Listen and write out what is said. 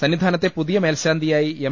സന്നിധാനത്തെ പുതിയ മേൽശാന്തിയായി എം